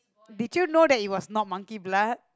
did you know that he was not monkey blood